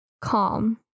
Calm